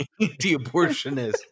anti-abortionist